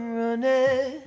running